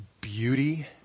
beauty